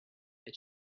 that